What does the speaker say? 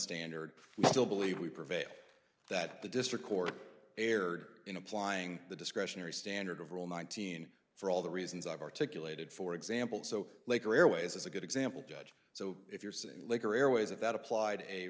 standard we still believe we prevail that the district court erred in applying the discretionary standard of rule nineteen for all the reasons i've articulated for example so laker airways is a good example judge so if you're saying liquor airways if that appl